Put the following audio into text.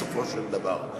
בסופו של דבר,